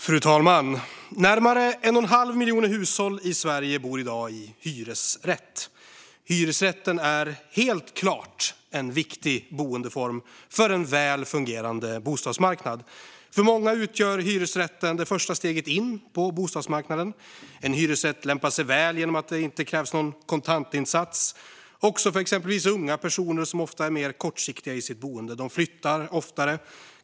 Fru talman! Närmare en och en halv miljon hushåll i Sverige bor i dag i hyresrätt. Hyresrätten är helt klart en viktig boendeform för en väl fungerande bostadsmarknad. För många utgör hyresrätten det första steget in på bostadsmarknaden. En hyresrätt lämpar sig väl genom att det inte krävs någon kontantinsats. Exempelvis är unga personer ofta mer kortsiktiga i sitt boende. De flyttar oftare.